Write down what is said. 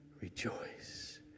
Rejoice